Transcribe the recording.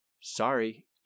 sorry